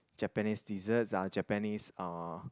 Japanese desserts uh Japanese uh